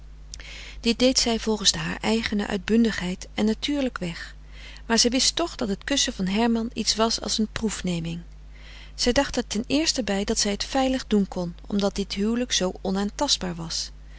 dit deed zij volgens de haar eigene uitbundigheid en natuurlijk weg maar zij wist toch dat het kussen van herman iets was als een proefneming zij dacht er ten eerste bij dat zij het veilig doen kon omdat dit huwelijk zoo onaantastbaar was